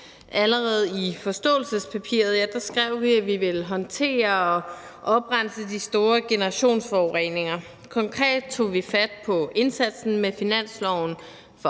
Allerede i forståelsespapiret skrev vi, at vi ville håndtere og oprense de store generationsforureninger. Konkret tog vi fat på indsatsen med finansloven for